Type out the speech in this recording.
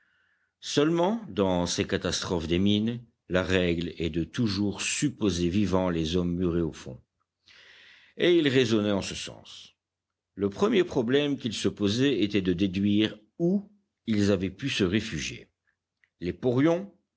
seulement dans ces catastrophes des mines la règle est de toujours supposer vivants les hommes murés au fond et il raisonnait en ce sens le premier problème qu'il se posait était de déduire où ils avaient pu se réfugier les porions